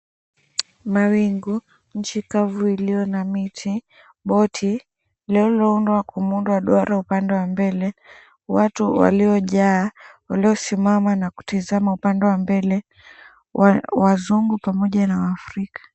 Mawingu, nchi kavu iliyo na miti, boti lililoundwa kwa muundo wa duara upande wa mbele, watu waliojaa, waliosimama na kutazama upande wa mbele wazungu pamoja na wafrika.